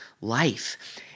life